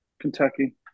Kentucky